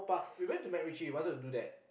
we went to MacRitchie we wanted to do that